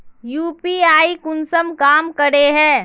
UPI कुंसम काम करे है?